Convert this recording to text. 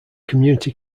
community